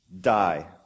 die